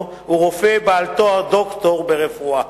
הוא רופא בעל תואר דוקטור ברפואה.